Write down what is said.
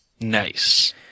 Nice